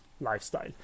lifestyle